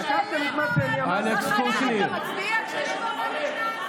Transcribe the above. חבר הכנסת קושניר, תודה.